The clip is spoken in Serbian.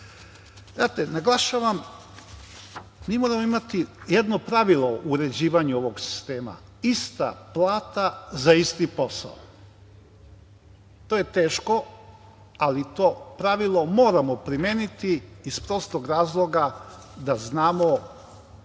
naglašavao. Naglašavam, mi moramo imati jedno pravilo u uređivanju ovog sistema, ista plata za isti posao. To je teško, ali to pravilo moramo primeniti iz prostog razloga da znamo